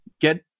get